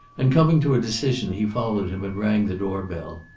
and coming to a decision, he followed him and rang the doorbell.